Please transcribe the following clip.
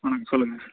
வணக்கம் சொல்லுங்க